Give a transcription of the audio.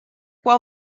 while